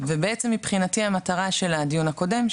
ובעצם מבחינתי המטרה של הדיון הקודם,